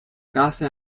casa